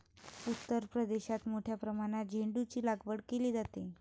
उत्तर प्रदेशात मोठ्या प्रमाणात झेंडूचीलागवड केली जाते